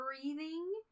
Breathing